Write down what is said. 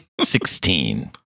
Sixteen